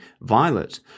Violet